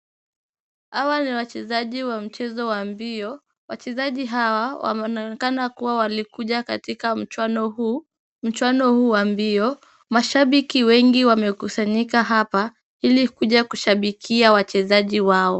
Hawa ni wachezaji wa mchezo wa mbio. Wachezaji hawa wanaonekana kuwa walikuja katika mchuano huu. Mchuano huu wa mbio. Mashabiki wengi wamekusanyika hapa ili kuja kushabikia wachezaji wao.